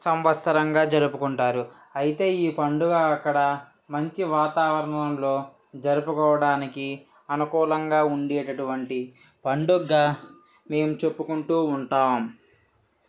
సంవత్సరంగా జరుపుకుంటారు అయితే ఈ పండుగ అక్కడ మంచి వాతావరణంలో జరుపుకోవడానికి అనుకూలంగా ఉండేటటువంటి పండుగ మేము చెప్పుకుంటు ఉంటాం